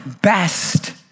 best